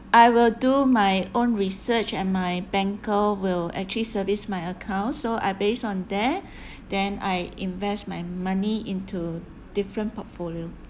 I will do my own research and my banker will actually service my account so I based on there then I invest my money into different portfolio